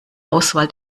auswahl